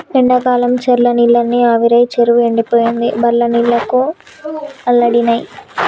ఎండాకాలంల చెర్ల నీళ్లన్నీ ఆవిరై చెరువు ఎండిపోయింది బర్లు నీళ్లకు అల్లాడినై